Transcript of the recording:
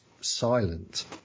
silent